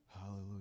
Hallelujah